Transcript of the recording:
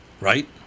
Right